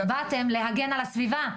באתם להגן על הסביבה,